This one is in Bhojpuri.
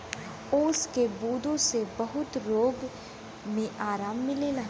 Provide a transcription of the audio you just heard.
ओस की बूँदो से बहुत रोग मे आराम मिलेला